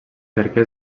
perquè